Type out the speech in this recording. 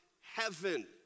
heaven